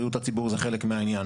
בריאות הציבור זה חלק מהעניין.